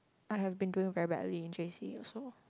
I have been doing very badly in J_C also